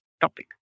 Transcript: topic